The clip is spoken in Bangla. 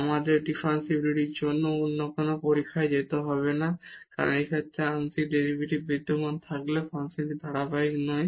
আমাদের ডিফারেনশিবিলিটির জন্য অন্য কোন পরীক্ষায় যেতে হবে না কারণ এই ক্ষেত্রে আংশিক ডেরিভেটিভ বিদ্যমান থাকলেও ফাংশনটি ধারাবাহিক নয়